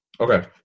Okay